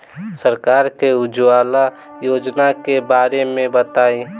सरकार के उज्जवला योजना के बारे में बताईं?